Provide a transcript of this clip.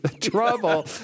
Trouble